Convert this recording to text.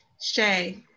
Shay